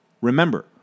Remember